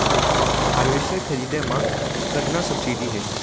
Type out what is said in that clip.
Harvester खरीदे म कतना सब्सिडी हे?